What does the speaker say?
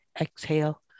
Exhale